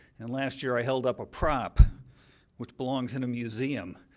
and last year i held up a prop which belongs in a museum.